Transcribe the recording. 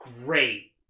great